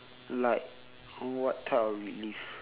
like what type of relive